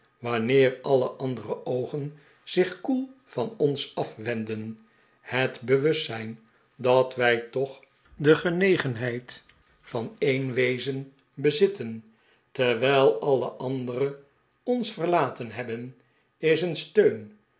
wanneer alle andere oogen zich koel van ons afwenden het bewustzijn dat wij toch de genegenheid van een wezen bezitten terwijl alle anderen ons verlaten hebben is een steun